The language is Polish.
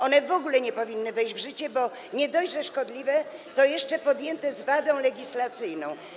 One w ogóle nie powinny wejść w życie, bo nie dość, że są szkodliwe, to jeszcze zostały podjęte z wadą legislacyjną.